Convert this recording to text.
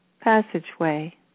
passageway